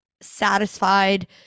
satisfied